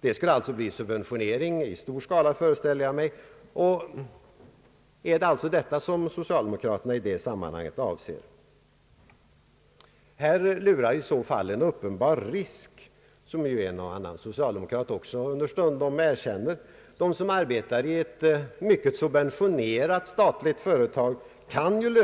Det skulle alltså bli fråga om en subventionering i stor skala, föreställer iag mig. Är det detta socialdemokraterna avser i sammanhanget? Här lurar i så fall en uppenbar risk, som en och annan socialdemokrat understundom också erkänner. De som arbetar i ett mycket subventionerat statligt företag kan